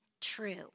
true